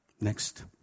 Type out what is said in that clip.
Next